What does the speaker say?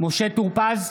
משה טור פז,